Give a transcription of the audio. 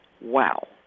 Wow